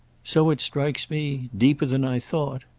so it strikes me deeper than i thought.